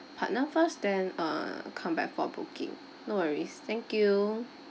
partner first then err come back for booking no worries thank you